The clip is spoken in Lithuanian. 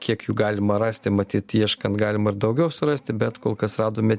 kiek jų galima rasti matyt ieškant galima ir daugiau surasti bet kol kas radome